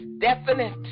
definite